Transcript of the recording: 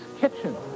kitchen